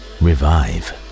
revive